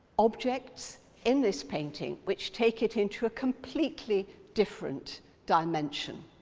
objects in this painting which take it into a completely different dimension.